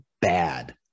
bad